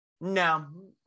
no